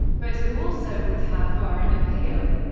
but who also would have foreign appeal.